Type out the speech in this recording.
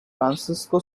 francisco